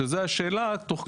שזה השאלה תוך כמה.